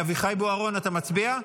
אביחי בוארון אתה מצביע?